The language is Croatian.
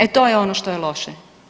E, to je ono što je loše.